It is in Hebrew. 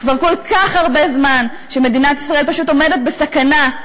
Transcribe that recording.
כבר כל כך הרבה זמן שמדינת ישראל פשוט עומדת בסכנה.